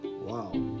Wow